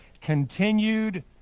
continued